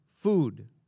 food